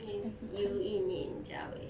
yes you yu min jia wei